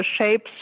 shapes